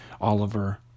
Oliver